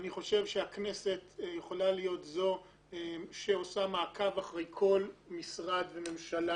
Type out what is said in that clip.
אני חושב שהכנסת יכולה להיות זו שעושה מעקב אחר כל משרד וממשלה,